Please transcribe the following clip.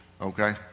okay